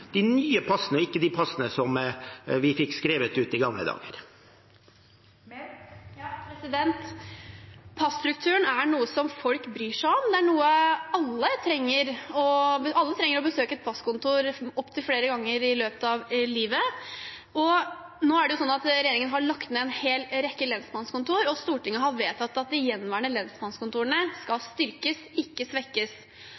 de nye passene som vi nå snakker om – altså de nye passene, ikke de passene som vi fikk skrevet ut i gamle dager. Passtrukturen er noe som folk bryr seg om. Det er noe alle trenger – alle trenger å besøke et passkontor opptil flere ganger i løpet av livet. Regjeringen har lagt ned en hel rekke lensmannskontor. Stortinget har vedtatt at de gjenværende lensmannskontorene